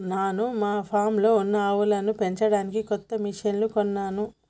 నాను మన ఫామ్లో ఉన్న ఆవులను పెంచడానికి కొత్త మిషిన్లు కొన్నాను